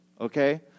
okay